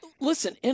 listen